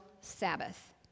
Sabbath